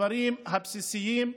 בדברים הבסיסיים.